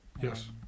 Yes